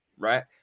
right